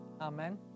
Amen